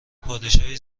پادشاهی